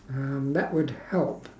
um that would help